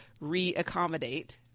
re-accommodate